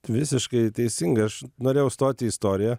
visiškai teisingai aš norėjau stoti į istoriją